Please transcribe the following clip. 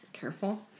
careful